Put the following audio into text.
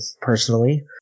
personally